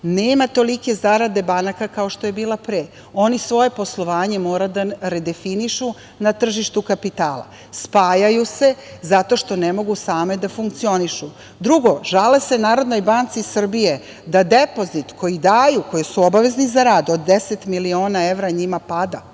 Nema tolike zarade banaka kao što je bila pre. Oni svoje poslovanje mora da redefinišu na tržištu kapitala. Spajaju se zato što ne mogu same da funkcionišu. Drugo, žale se Narodnoj banci Srbije da depozit koji daju, koje su obavezni za rad, od 10 miliona evra njima pada.